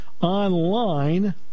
Online